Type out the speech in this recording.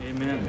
Amen